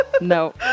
no